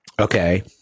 Okay